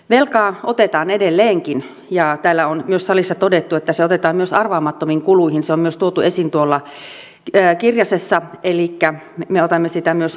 velkaa otetaan edelleenkin ja täällä on myös salissa todettu että sitä otetaan myös arvaamattomiin kuluihin se on myös tuotu esiin tuolla kirjasessa elikkä me otamme sitä myös maahanmuuttoon